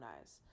eyes